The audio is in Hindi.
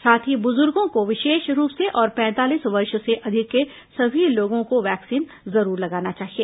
साथ ही बुजुर्गों को विशेष रूप से और पैंतालीस वर्ष से अधिक के सभी लोगों को वैक्सीन जरूर लगाना चाहिए